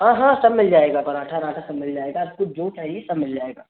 हाँ हाँ सब मिल जाएगा पराठा वराठा सब मिल जाएगा आपको आपको जो चाहिए सब मिल जाएगा